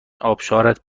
آبشارت